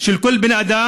של כל בן-אדם,